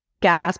gas